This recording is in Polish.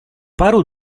paru